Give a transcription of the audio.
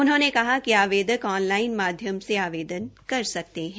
उन्होंने कहा कि आवेदक ऑनलाइन माध्यम से आवेदन कर सकते हैं